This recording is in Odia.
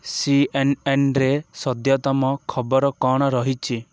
ସିଏନ୍ଏନ୍ରେ ସଦ୍ୟତମ ଖବର କ'ଣ ରହିଛି